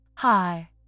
Hi